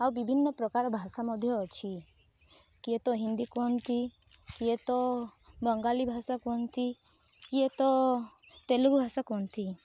ଆଉ ବିଭିନ୍ନ ପ୍ରକାର ଭାଷା ମଧ୍ୟ ଅଛି କିଏ ତ ହିନ୍ଦୀ କୁହନ୍ତି କିଏ ତ ବଙ୍ଗାଳୀ ଭାଷା କୁହନ୍ତି କିଏ ତ ତେଲୁଗୁ ଭାଷା କୁହନ୍ତି